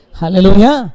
hallelujah